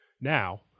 Now